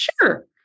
Sure